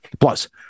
Plus